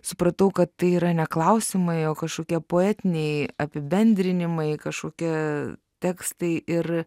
supratau kad tai yra ne klausimai o kažkokie poetiniai apibendrinimai kažkokie tekstai ir